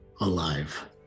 alive